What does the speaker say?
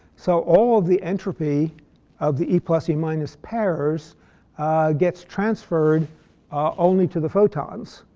so all the entropy of the e plus e minus pairs gets transferred only to the photons.